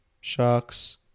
sharks